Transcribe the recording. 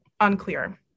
unclear